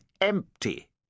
empty